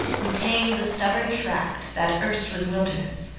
who tame the stubborn tract that erst was wilderness.